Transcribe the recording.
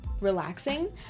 relaxing